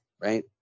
right